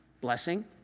blessing